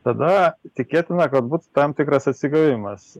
tada tikėtina kad bus tam tikras atsigavimas